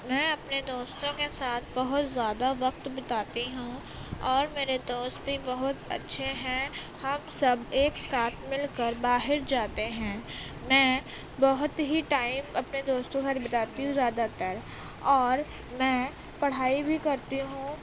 میں اپنے دوستوں کے ساتھ بہت زیادہ وقت بتاتی ہوں اور میرے دوست بھی بہت اچھے ہیں ہم سب ایک ساتھ مل کر باہر جاتے ہیں میں بہت ہی ٹائم اپنے دوستوں کے ساتھ بتاتی ہوں زیادہ تر اور میں پڑھائی بھی کرتی ہوں